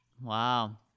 Wow